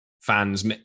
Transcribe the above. fans